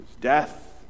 death